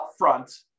upfront